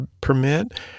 permit